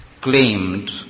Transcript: claimed